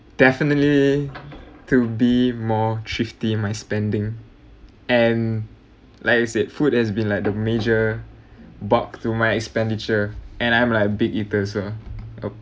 definitely to be more thrifty in my spending and like you said food has been like the major buck to my expenditure and I'm like a big eater so